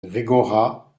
gregoras